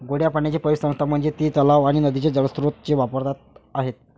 गोड्या पाण्याची परिसंस्था म्हणजे ती तलाव आणि नदीचे जलस्रोत जे वापरात आहेत